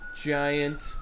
giant